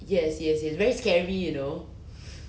yes yes it's very scary you know